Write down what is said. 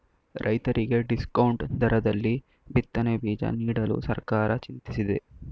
ರೈತರಿಗೆ ಡಿಸ್ಕೌಂಟ್ ದರದಲ್ಲಿ ಬಿತ್ತನೆ ಬೀಜ ನೀಡಲು ಸರ್ಕಾರ ಚಿಂತಿಸಿದೆ